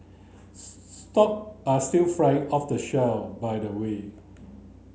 stock are still flying off the shelves by the way